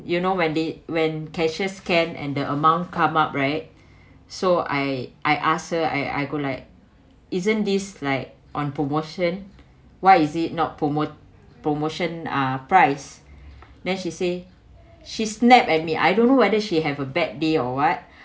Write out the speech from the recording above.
you know when they when cashiers came and the amount come up right so I I ask her I I go like isn't this like on promotion why is it not promote promotion uh price then she say she snapped at me I don't know whether she have a bad day or what